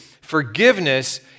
Forgiveness